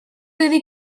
iddi